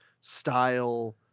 style